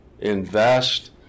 invest